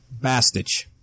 Bastich